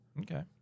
okay